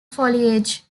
foliage